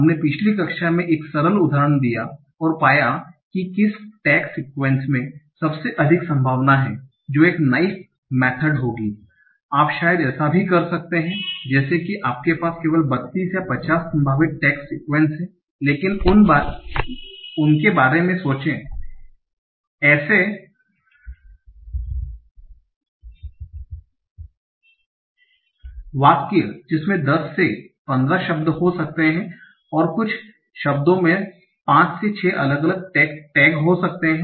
हमने पिछली कक्षा में एक सरल उदाहरण दिया और पाया कि किस टैग सीक्वन्स में सबसे अधिक संभावना है जो एक नाईव मेथड होगी आप शायद ऐसा भी कर सकते हैं जैसे की आपके पास केवल 32 या 50 संभावित टेक्स्ट सीक्वेंस हैं लेकिन उनके बारे में सोचें ऐसे वाक्य जिनमें 10 से 15 शब्द हो सकते हैं और कुछ शब्दों में 5 से 6 अलग अलग टैग हो सकते हैं